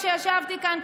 כשישבתי כאן,